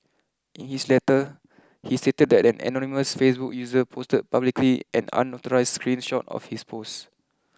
in his letter he stated that an anonymous Facebook user posted publicly an unauthorised screen shot of his post